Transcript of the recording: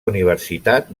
universitat